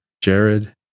Jared